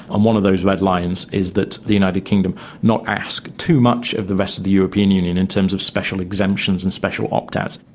and one of those red lines is that the united kingdom not ask too much of the rest of the european union in terms of special exemptions and special opt-outs.